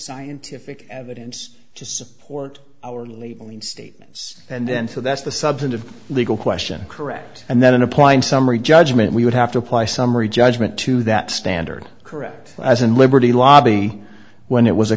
scientific evidence to support our statements and then so that's the substantive legal question correct and then in applying summary judgment we would have to apply summary judgment to that standard correct as in liberty lobby when it was a